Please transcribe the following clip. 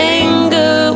anger